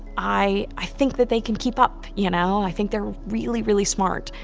i i think that they can keep up, you know i think they're really really smart,